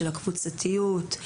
של הקבוצתיות,